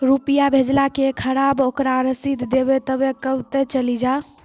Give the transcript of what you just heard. रुपिया भेजाला के खराब ओकरा रसीद देबे तबे कब ते चली जा?